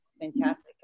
fantastic